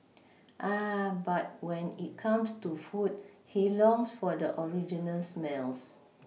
ah but when it comes to food he longs for the original smells